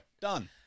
Done